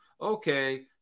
okay